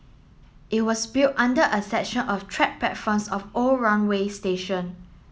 it was built under a section of track platforms of old runway station